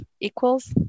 equals